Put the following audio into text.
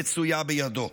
שמצויה בידו".